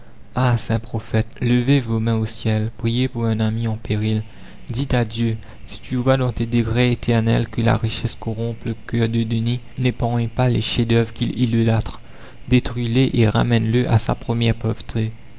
ah saint prophète levez vos mains au ciel priez pour un ami en péril dites à dieu si tu vois dans tes décrets éternels que la richesse corrompe le coeur de denis n'épargne pas les chefsd'oeuvre qu'il idolâtre détruis les et ramène le à sa première